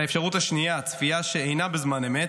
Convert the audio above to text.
האפשרות השנייה, צפייה שאינה בזמן אמת,